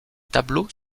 tableaux